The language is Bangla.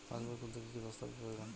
পাসবই খুলতে কি কি দস্তাবেজ প্রয়োজন?